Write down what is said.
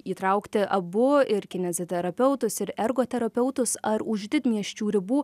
įtraukti abu ir kineziterapeutus ir ergoterapeutus ar už didmiesčių ribų